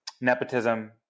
nepotism